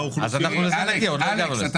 אלכס,